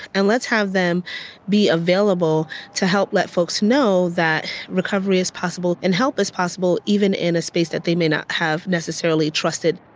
and let's have them be available to help let folks know that recovery is possible and help is possible, even in a space that they may not have necessarily trusted.